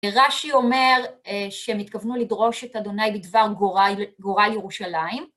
רש"י אומר שהם התכוונו לדרוש את ה' בדבר גורל, גורל ירושלים.